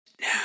Now